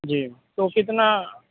جی تو کتنا